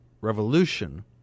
revolution